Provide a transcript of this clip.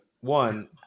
One